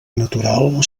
natural